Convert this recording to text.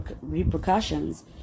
repercussions